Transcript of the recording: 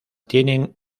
tienen